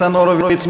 ניצן הורוביץ,